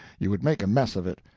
you would make a mess of it,